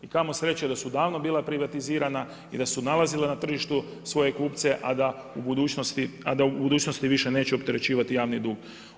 I kamo sreće da su davno bila privatizirana i da su nalazila na tržištu svoje kupce, a da u budućnosti više neće opterećivati javni dug.